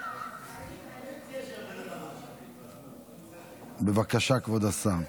כבוד השר.